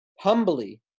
humbly